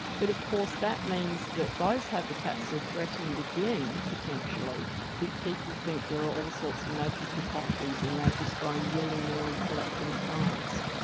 but of course that means that those habitats are threatened again potentially if people think there are all sorts of magical properties and they just go in willy-nilly collecting plants.